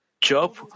Job